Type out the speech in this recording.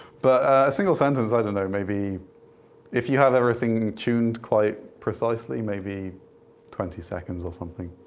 but a single sentence, i don't know maybe if you have everything tuned quite precisely maybe twenty seconds or something.